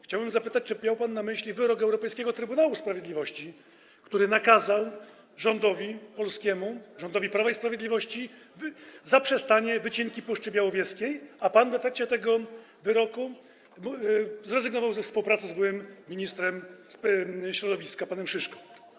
Chciałbym zapytać, czy miał pan na myśli wyrok Europejskiego Trybunału Sprawiedliwości, który nakazał rządowi polskiemu, rządowi Prawa i Sprawiedliwości zaprzestanie wycinki Puszczy Białowieskiej, a pan w efekcie tego wyroku zrezygnował ze współpracy z byłym ministrem środowiska panem Szyszko.